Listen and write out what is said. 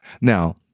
now